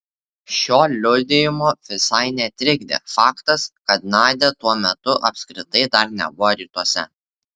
šio liudijimo visai netrikdė faktas kad nadia tuo metu apskritai dar nebuvo rytuose